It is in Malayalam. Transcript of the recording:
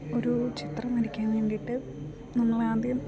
ഒരൂ ചിത്രം വരയ്ക്കാൻ വേണ്ടിയിട്ട് നമ്മളാദ്യം